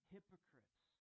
Hypocrites